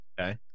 Okay